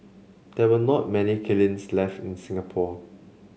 there are not many kilns left in Singapore